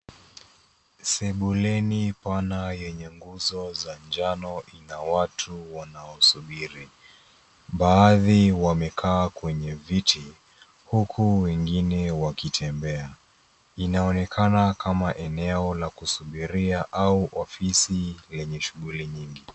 Sebuleni pana yenye nguzo za njano ina watu wanaosubiri, baadhi wamekaa kwenye viti huku wengine wakitembea, inaonekana kama eneo la kusubiria au ofisi lenye shuguli nyingi.